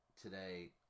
today